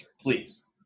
please